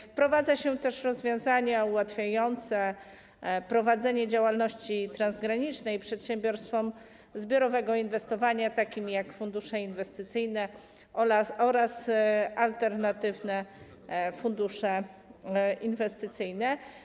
Wprowadza się też rozwiązania ułatwiające prowadzenie działalności transgranicznej przedsiębiorstwom zbiorowego inwestowania, takim jak fundusze inwestycyjne oraz alternatywne fundusze inwestycyjne.